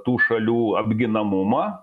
tų šalių apginamumą